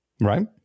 Right